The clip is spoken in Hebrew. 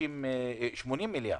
80 מיליארד,